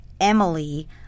Emily